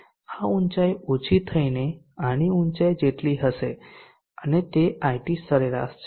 આ ઊચાઇ ઓછી થઈને આની ઊંચાઈ જેટલી હશે અને તે IT સરેરાશ છે